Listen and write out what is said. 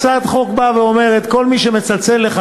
הצעת החוק באה ואומרת: כל מי שמצלצל אליך,